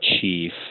chief